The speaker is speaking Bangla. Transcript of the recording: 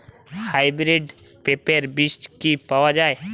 হাইব্রিড পেঁপের বীজ কি পাওয়া যায়?